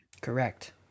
Correct